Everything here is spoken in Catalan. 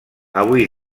avui